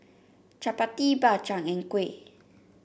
chappati Bak Chang and kuih